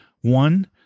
one